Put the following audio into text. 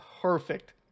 perfect